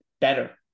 better